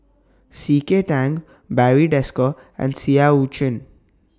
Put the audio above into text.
C K Tang Barry Desker and Seah EU Chin